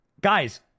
Guys